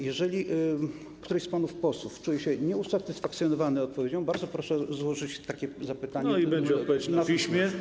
Jeżeli któryś z panów posłów czuje się nieusatysfakcjonowany odpowiedzią, bardzo proszę złożyć zapytanie, a będzie odpowiedź na piśmie.